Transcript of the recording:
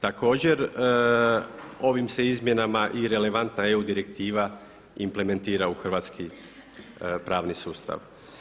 Također ovim se izmjenama i relevantna direktiva implementira u hrvatski pravni sustav.